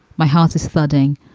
my heart is thudding,